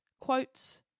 Quotes